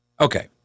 Okay